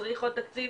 צריך עוד תקציב,